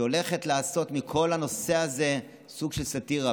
שהולכת לעשות מכל הנושא הזה סוג של סאטירה.